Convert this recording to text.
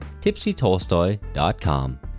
tipsytolstoy.com